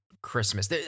Christmas